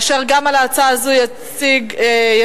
הצעות שמספרן 4760, 4769 ו-4772.